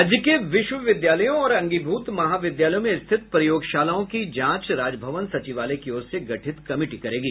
राज्य के विश्वविद्यालयों और अंगीभूत महाविद्यालयों में स्थित प्रयोगशालाओं की जांच राजभवन सचिवालय की ओर से गठित कमिटी करेगी